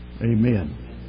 Amen